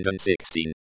2016